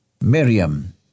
Miriam